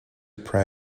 prey